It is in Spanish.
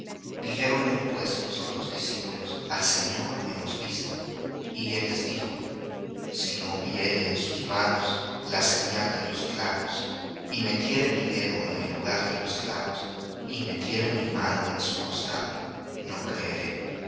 dijéronle pues los otros discípulos al señor hemos visto y él les dijo si no viere en sus manos la señal de los clavos y metiere mi dedo en el lugar de los clavos y metiere mi mano en su costado no creeré